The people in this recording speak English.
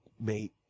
mate